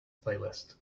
playlist